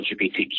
LGBTQ